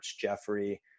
jeffrey